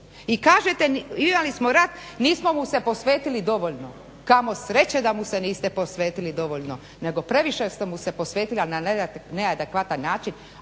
I kaže imali smo rat, nismo mu se posvetili dovoljno. Kamo sreće da mu se niste posvetili dovoljno nego previše ste mu se posvetili, ali na neadekvatan način.